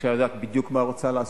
הממשלה יודעת בדיוק מה היא רוצה לעשות,